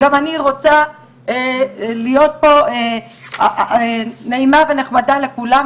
גם אני רוצה להיות נעימה ונחמדה לכולם,